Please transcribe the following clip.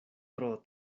tro